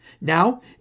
Now